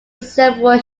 several